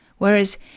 Whereas